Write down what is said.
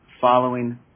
following